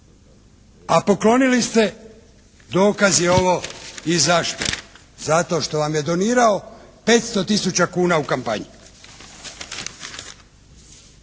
A poklonili ste dokaz je ovo i zašto? Zato što vam je donirao 500 kuna u kampanji.